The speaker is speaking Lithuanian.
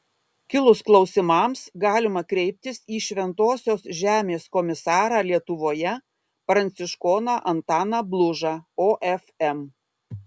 kilus klausimams galima kreiptis į šventosios žemės komisarą lietuvoje pranciškoną antaną blužą ofm